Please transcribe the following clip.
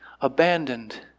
abandoned